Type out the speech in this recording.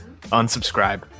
unsubscribe